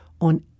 on